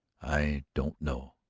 i don't know.